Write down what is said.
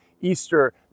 Easter